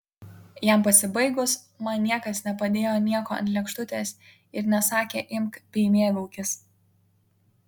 jam pasibaigus man niekas nepadėjo nieko ant lėkštutės ir nesakė imk bei mėgaukis